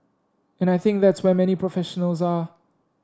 and I think that's where many professionals are